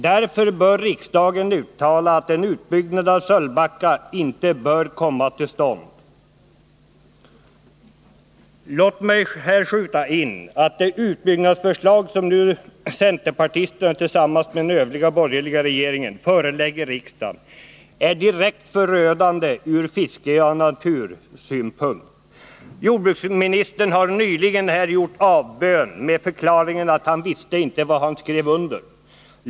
Därför bör riksdagen uttala att en utbyggnad av Sölvbacka inte bör komma till stånd.” Låt mig här skjuta in att det utbyggnadsförslag som centerpartisterna tillsammans med Övriga partier i den borgerliga regeringen nu förelägger riksdagen är direkt förödande ur fiskeoch natursynpunkt. Jordbruksministern har här nyss gjort avbön med förklaringen att han inte visste vad han skrev under.